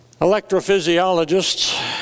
electrophysiologists